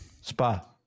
Spa